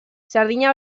sardina